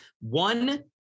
One